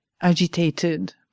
agitated